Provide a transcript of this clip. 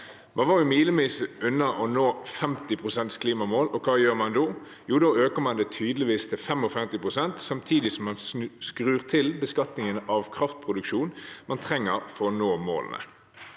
Man var milevis unna å nå 50 pst.-klimamålet, og hva gjør man da? Da øker man det tydeligvis til 55 pst., samtidig som man skrur til beskatningen av kraftproduksjonen man trenger for å nå målene.